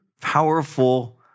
powerful